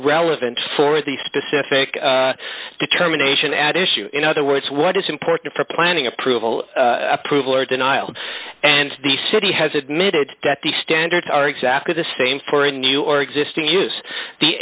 relevant for the specific determination at issue in other words what is important for planning approval approval or denial and the city has admitted that the standards are exactly the same for a new or existing use the